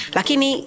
Lakini